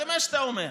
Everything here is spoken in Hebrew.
זה מה שאתה אומר.